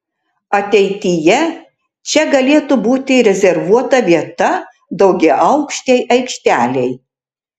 ateityje čia galėtų būti rezervuota vieta daugiaaukštei aikštelei